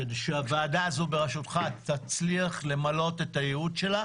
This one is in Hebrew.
כדי שהוועדה הזו בראשותך תצליח למלא את הייעוד שלה.